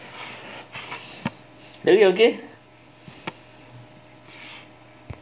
david okay